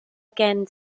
again